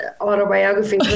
autobiography